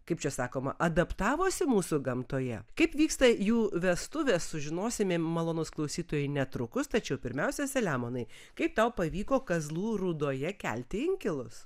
kaip čia sakoma adaptavosi mūsų gamtoje kaip vyksta jų vestuvės sužinosime malonūs klausytojai netrukus tačiau pirmiausia selemonai kaip tau pavyko kazlų rūdoje kelti inkilus